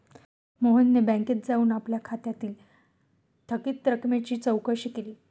मोहनने बँकेत जाऊन आपल्या खात्यातील थकीत रकमेची चौकशी केली